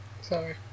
Sorry